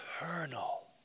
eternal